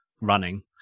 running